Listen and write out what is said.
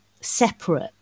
separate